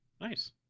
Nice